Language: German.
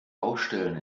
baustellen